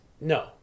No